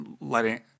letting